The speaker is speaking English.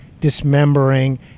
dismembering